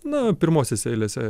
na pirmosiose eilėse